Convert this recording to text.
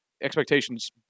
expectations